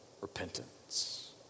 repentance